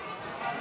בבקשה.